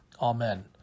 Amen